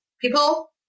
people